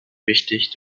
wichtig